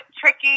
tricky